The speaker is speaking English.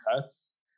cuts